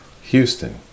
Houston